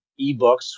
ebooks